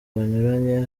banyuranye